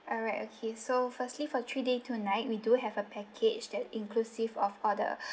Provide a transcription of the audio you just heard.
alright okay so firstly for three days two night we do have a package that inclusive all the